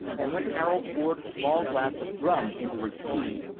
and when harold poured a small glass of rum into his tea,